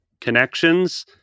connections